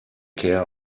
care